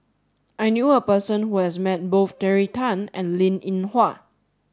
I knew a person who has met both Terry Tan and Linn In Hua